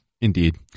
Indeed